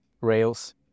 rails